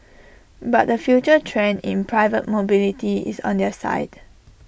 but the future trend in private mobility is on their side